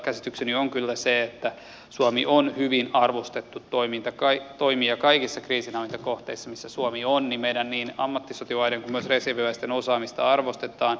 käsitykseni on kyllä se että suomi on hyvin arvostettu toimija kaikissa kriisinhallintakohteissa missä suomi on ja niin meidän ammattisotilaiden kuin myös reserviläisten osaamista arvostetaan